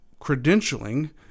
credentialing